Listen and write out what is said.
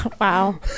Wow